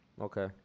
Okay